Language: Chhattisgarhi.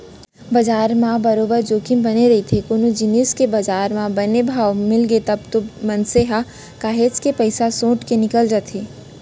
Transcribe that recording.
बजार म बरोबर जोखिम बने रहिथे कोनो जिनिस के बजार म बने भाव मिलगे तब तो मनसे ह काहेच के पइसा सोट के निकल जाथे